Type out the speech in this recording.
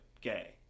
gay